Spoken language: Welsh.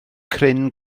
cryn